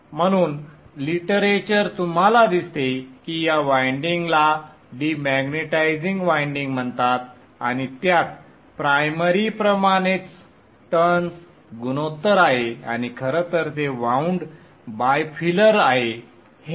म्हणून लिटरेचर तुम्हाला दिसते की या वायंडिंगला डिमॅग्नेटिझिंग वायंडिंग म्हणतात आणि त्यात प्राइमरी प्रमाणेच टर्न्स गुणोत्तर आहे आणि खरं तर ते वाऊंड बायफिलर आहे संदर्भ वेळ 0250